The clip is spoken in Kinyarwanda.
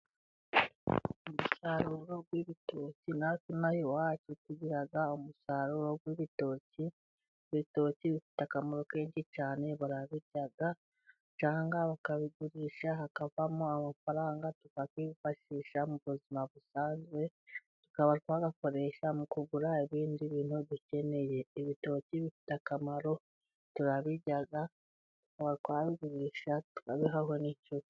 Umusaruro w'ibitoki, natwe inaha iwacu tugira umusaruro w'ibitoki, ibitoki bifite akamaro kenshi cyane, barabirya cyangwa bakabigurisha hakavamo amafaranga tukayifashisha mu bu buzima busanzwe, tukaba twayakoresha mu kugura ibindi bintu dukeneye, ibitoki bifite akamaro turabirya tukaba twabigurisha tukabihaho ni nshuti.